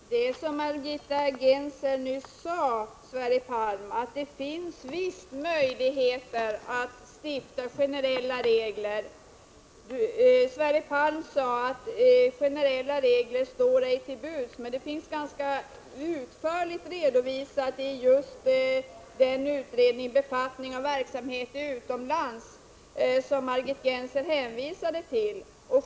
Fru talman! Det är som Margit Gennser nyss sade, Sverre Palm, att det finns visst möjligheter att lagstifta med generella regler. Sverre Palm hävdade att generella regler inte står till buds, men detta finns ganska utförligt redovisat just i den promemoria om beskattning av verksamhet i utlandet m.m. som Margit Gennser hänvisade till.